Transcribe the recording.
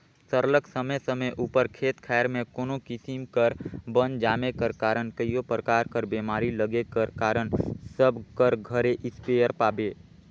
सरलग समे समे उपर खेत खाएर में कोनो किसिम कर बन जामे कर कारन कइयो परकार कर बेमारी लगे कर कारन सब कर घरे इस्पेयर पाबे